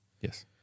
Yes